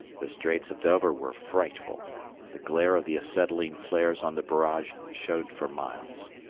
the straits of dover were frightful the glare of the acetylene flares on the barrage showed for miles.